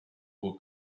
will